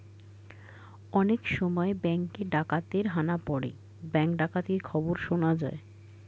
অনেক সময় ব্যাঙ্কে ডাকাতের হানা পড়ে ব্যাঙ্ক ডাকাতির খবর শোনা যায়